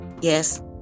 Yes